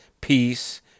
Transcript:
peace